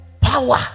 power